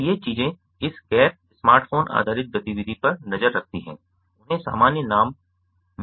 तो ये चीजें इस गैर स्मार्टफ़ोन आधारित गतिविधि पर नज़र रखती हैं उन्हें सामान्य नाम वियरेबल्स दिया गया है